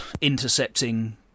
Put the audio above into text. intercepting